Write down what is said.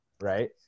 right